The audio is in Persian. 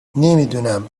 نمیدونم